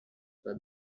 for